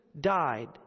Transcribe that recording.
died